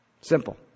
Simple